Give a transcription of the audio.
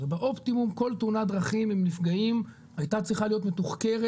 הרי באופטימום כל תאונת דרכים עם נפגעים הייתה צריכה להיות מתוחקרת